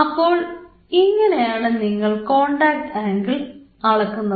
അപ്പോൾ ഇങ്ങനെയാണ് നിങ്ങൾ കോൺടാക്ട് ആംഗിൾ അളക്കുന്നത്